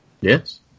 yes